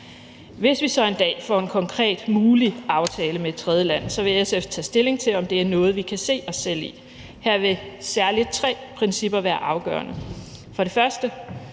Hvis vi så en dag får en konkret mulig aftale med et tredjeland, vil SF tage stilling til, om det er noget, vi kan se os selv i. Her vil særlig tre principper være afgørende. For det første